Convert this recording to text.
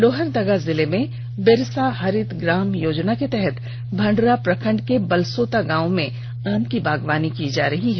लोहरदगा जिले में बिरसा हरित ग्राम योजना के तहत भण्डरा प्रखण्ड के बलसोता गांव में आम की बागवानी की जा रही है